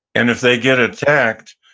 and if they get attacked,